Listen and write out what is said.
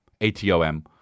A-T-O-M